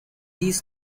these